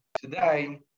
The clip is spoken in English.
today